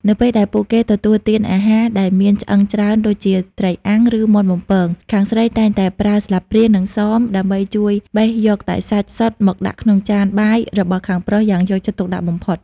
នៅពេលដែលពួកគេទទួលទានអាហារដែលមានឆ្អឹងច្រើនដូចជាត្រីអាំង ឬមាន់បំពង ខាងស្រីតែងតែប្រើស្លាបព្រា និងសម ដើម្បីជួយបេះយកតែសាច់សុទ្ធមកដាក់ក្នុងចានបាយរបស់ខាងប្រុសយ៉ាងយកចិត្តទុកដាក់បំផុត។